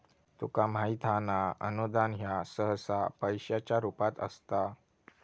तुका माहित हां ना, अनुदान ह्या सहसा पैशाच्या स्वरूपात असता